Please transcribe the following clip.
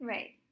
Right